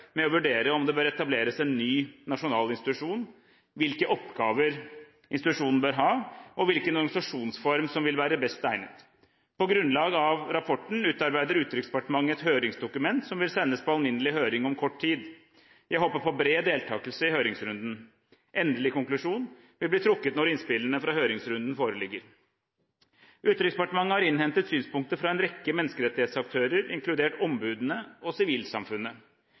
med å vurdere om det bør etableres en ny nasjonal institusjon, hvilke oppgaver institusjonen bør ha, og hvilken organisasjonsform som vil være best egnet. På grunnlag av rapporten utarbeider Utenriksdepartementet et høringsdokument som vil sendes på alminnelig høring om kort tid. Jeg håper på bred deltakelse i høringsrunden. Endelig konklusjon vil bli trukket når innspillene fra høringsrunden foreligger. Utenriksdepartementet har innhentet synspunkter fra en rekke menneskerettighetsaktører inkludert ombudene og sivilsamfunnet.